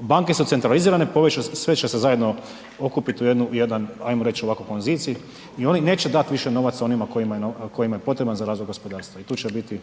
banke su centralizirane, sve će se zajedno okupiti u jednu, jedan ajmo reći ovako konzorcij i oni neće dati više novaca onima kojima je potreban za razvoj gospodarstva i tu će biti